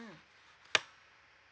mm